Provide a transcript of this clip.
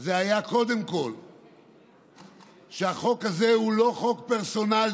זה היה קודם כול שהחוק הזה הוא לא חוק פרסונלי.